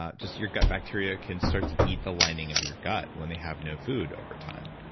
ah just your gut bacteria can start to eat the lining of your gut when they have no food over time.